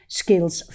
skills